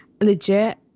legit